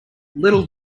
little